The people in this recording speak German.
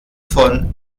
von